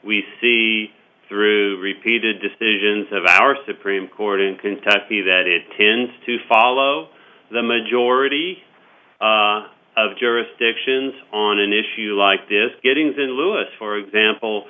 we see through repeated decisions of our supreme court in kentucky that it tends to follow the majority of jurisdictions on an issue like this getting xin lewis for example